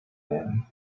man